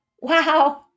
Wow